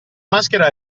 maschera